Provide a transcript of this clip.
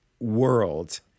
world